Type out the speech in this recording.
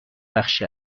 بخش